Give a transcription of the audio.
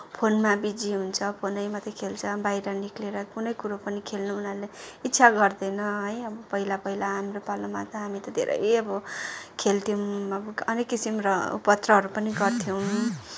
फोनमा बिजी हुन्छ फोनै मात्रै खेल्छ बाहिर निक्लेर कुनै कुरो पनि खेल्नु उनीहरूले इच्छा गर्दैन है अब पहिला पहिला हाम्रो पालामा त हामी धेरै अब खेल्थ्यौँ अब अनेक किसिम र उपद्रव पनि गर्थ्यौँ